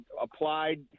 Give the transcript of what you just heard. applied